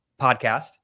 podcast